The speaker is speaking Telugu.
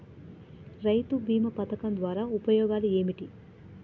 రైతు బీమా పథకం ద్వారా ఉపయోగాలు ఏమిటి?